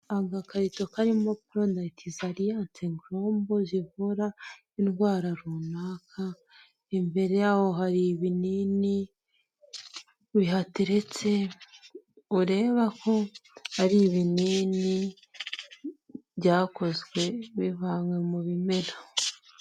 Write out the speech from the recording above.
Agakarito karimo product za Alliance Grobal, zivura indwara runaka, imbere yaho hari ibinini bihateretse, ureba ko ari ibinini, byakozwe bivanywe mu bimera.